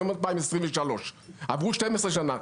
היום 2023. עברו 12 שנה.